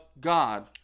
God